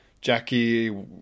Jackie